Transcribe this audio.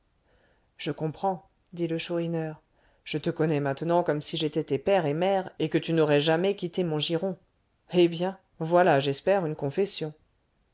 je comprends dit le chourineur je te connais maintenant comme si j'étais tes père et mère et que tu n'aurais jamais quitté mon giron eh bien voilà j'espère une confession